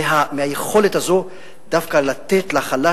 מהיכולת הזאת דווקא לתת לחלש,